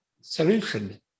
solution